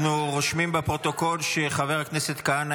אנחנו רושמים בפרוטוקול שחבר הכנסת כהנא